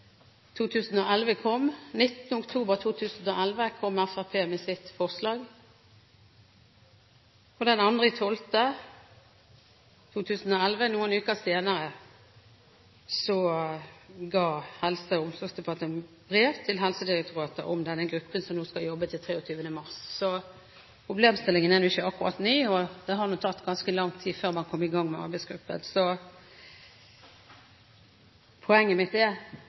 2011 kom, 19. oktober 2011 kom Fremskrittspartiet med sitt forslag, 2. desember 2011 – noen uker senere – kom Helse- og omsorgsdepartementets brev til Helsedirektoratet om denne gruppen som nå skal jobbe fram til 23. mars. Så problemstillingen er ikke akkurat ny, og det har tatt ganske lang tid før man kom i gang med arbeidsgruppen. Poenget mitt er